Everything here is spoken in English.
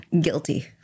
Guilty